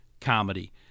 comedy